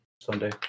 Sunday